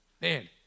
Man